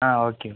ஆ okay